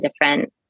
different